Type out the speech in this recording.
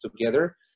together